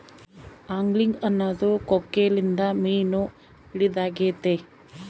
angling ಅನ್ನೊದು ಕೊಕ್ಕೆಲಿಂದ ಮೀನು ಹಿಡಿದಾಗೆತೆ